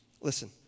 listen